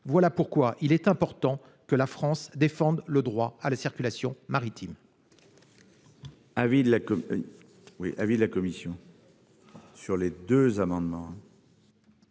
Voilà pourquoi il est important que la France défende le droit à la circulation maritime.